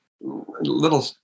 little